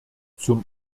zum